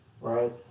Right